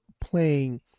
playing